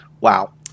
Wow